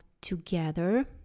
together